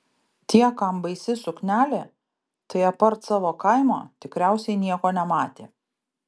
tie kam baisi suknelė tai apart savo kaimo tikriausiai nieko nematė